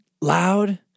loud